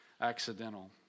accidental